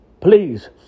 Please